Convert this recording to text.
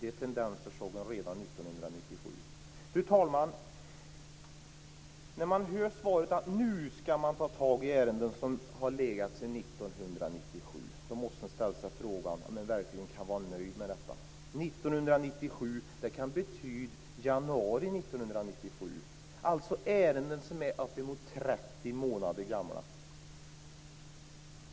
Sådana tendenser såg man redan 1997. Fru talman! Det står i svaret att nu skall man ta tag i ärenden som har legat sedan 1997. Då måste man ställa sig frågan om man verkligen kan vara nöjd med detta. Det kan betyda ärenden från januari 1997, alltså ärenden som är uppemot 30 månader gamla.